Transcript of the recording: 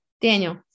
Daniel